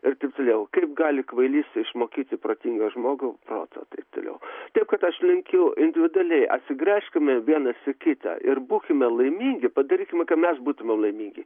ir taip toliau kaip gali kvailys išmokyti protingą žmogų proto taip toliau taip kad aš linkiu individualiai atsigręžkime vienas į kitą ir būkime laimingi padarykime kad mes būtumėm laimingi